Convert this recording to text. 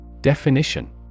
Definition